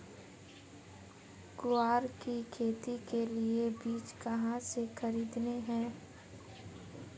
ग्वार की खेती के लिए बीज कहाँ से खरीदने हैं?